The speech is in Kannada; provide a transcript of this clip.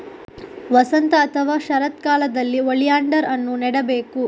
ವಸಂತ ಅಥವಾ ಶರತ್ಕಾಲದಲ್ಲಿ ಓಲಿಯಾಂಡರ್ ಅನ್ನು ನೆಡಬೇಕು